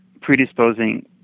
predisposing